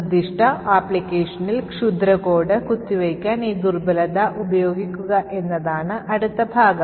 നിർദ്ദിഷ്ട ആപ്ലിക്കേഷനിൽ ക്ഷുദ്ര കോഡ് കുത്തിവയ്ക്കാൻ ഈ ദുർബലത ഉപയോഗിക്കുക എന്നതാണ് അടുത്ത ഭാഗം